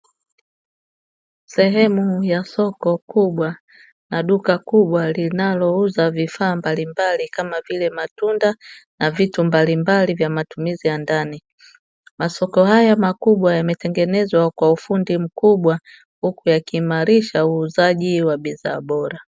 Sehemu ya soko kubwa na duka kubwa linalouza vifaa mbalimbali, kama vile matunda na vitu mbalimbali vya matumizi ya ndani. Masoko haya makubwa yametengenezwa kwa ufundi mkubwa, huku yakiimarisha uuzaji wa bidhaa bora.